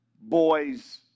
boys